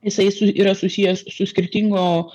jisai yra susijęs su skirtingo